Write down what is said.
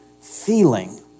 feeling